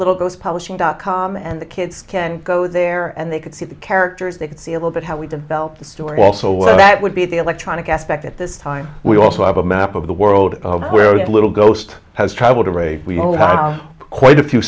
little goes publishing dot com and the kids can go there and they can see the characters they can see a little bit how we develop the story also what that would be the electronic aspect at this time we also have a map of the world where the little ghost has travelled or a we all have quite a few